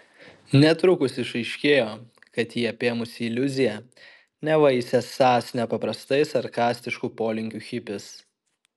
netrukus išaiškėjo kad jį apėmusi iliuzija neva jis esąs nepaprastai sarkastiškų polinkių hipis